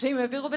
שאם העבירו בטעות,